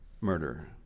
murder